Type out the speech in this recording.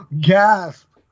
Gasp